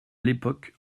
l’époque